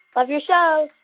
love your show,